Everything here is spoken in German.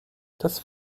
das